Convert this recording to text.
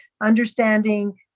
understanding